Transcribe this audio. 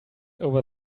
over